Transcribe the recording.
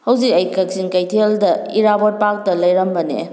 ꯍꯧꯖꯤꯛ ꯑꯩ ꯀꯛꯆꯤꯡ ꯀꯩꯊꯦꯜꯗ ꯏꯔꯥꯕꯣꯠ ꯄꯥꯔꯛꯇ ꯂꯩꯔꯝꯕꯅꯦ